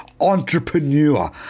entrepreneur